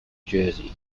jersey